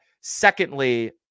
Secondly